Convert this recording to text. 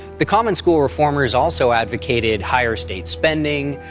the common school reformers also advocated higher state spending,